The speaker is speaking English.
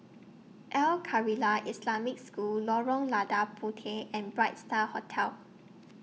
Al Khairiah Islamic School Lorong Lada Puteh and Bright STAR Hotel